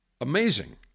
Amazing